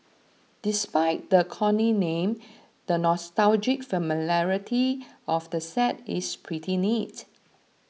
despite the corny name the nostalgic familiarity of the set is pretty neat